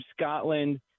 Scotland